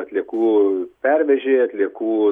atliekų pervežėjai atliekų